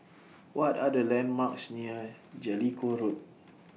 What Are The landmarks near Jellicoe Road